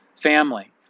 family